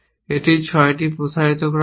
এটি 6টি প্রসারিত করা হয়েছে